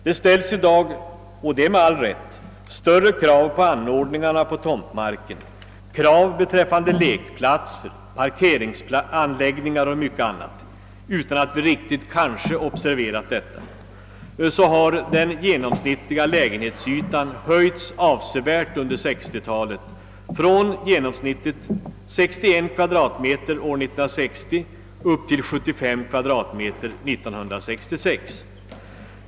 Det ställs i dag — och det med all rätt — större krav på anordningarna på tomtmarken, krav beträffande lekplatser, parkeringsanläggningar och mycket annat. Utan att vi kanske riktigt observerat det har dessutom den genomsnittliga lägenhetsytan höjts avsevärt under 1960-talet, från 61 m? år 1960 upp till 75 m? år 1966.